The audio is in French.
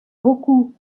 beaucoup